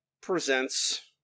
presents